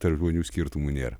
tarp žmonių skirtumų nėra